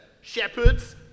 shepherds